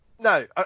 No